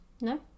No